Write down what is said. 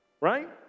Right